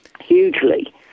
hugely